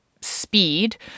speed